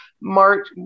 march